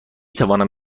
توانم